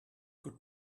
good